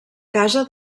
casa